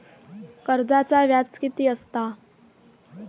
कर्जाचा व्याज कीती असता?